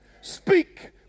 speak